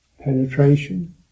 penetration